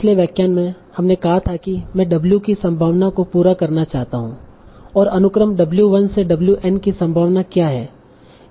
पिछले व्याख्यान में हमने कहा था कि मैं w की संभावना को पूरा करना चाहता हूं और अनुक्रम w1 से w n की संभावना क्या है